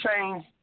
change